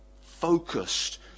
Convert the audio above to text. focused